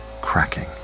cracking